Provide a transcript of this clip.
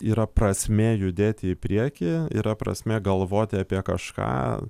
yra prasmė judėti į priekį yra prasmė galvoti apie kažką